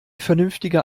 vernünftiger